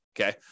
okay